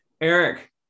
Eric